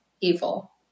evil